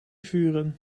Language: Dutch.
vuren